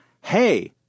hey